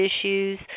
issues